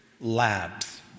labs